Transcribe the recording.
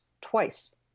twice